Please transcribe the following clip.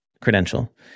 credential